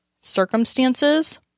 circumstances